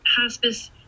hospice